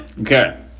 Okay